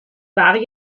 war